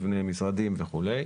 מבני משרדים וכו'.